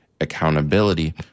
accountability